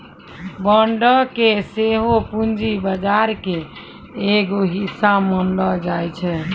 बांडो के सेहो पूंजी बजार के एगो हिस्सा मानलो जाय छै